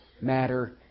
matter